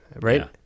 Right